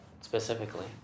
specifically